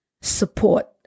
Support